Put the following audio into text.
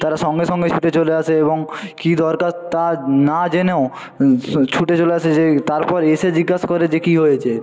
তারা সঙ্গে সঙ্গে ছুটে চলে আসে এবং কী দরকার তা না জেনেও ছুটে চলে আসে যে তারপর এসে জিজ্ঞাসা করে যে কী হয়েছে